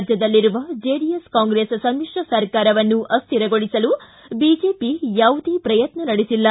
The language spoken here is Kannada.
ರಾಜ್ಯದಲ್ಲಿರುವ ಜೆಡಿಎಸ್ ಕಾಂಗ್ರೆಸ್ ಸಮಿತ್ರ ಸರ್ಕಾರವನ್ನು ಅಸ್ವಿರಗೊಳಿಸಲು ಬಿಜೆಪಿ ಯಾವುದೇ ಪ್ರಯತ್ನ ನಡೆಸಿಲ್ಲ